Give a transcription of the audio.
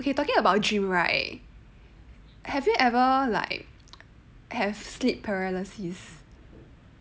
okay talking about dream right have you ever like have sleep paralysis